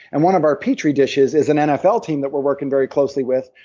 and one of our petri dishes is an nfl team that we're working very closely with.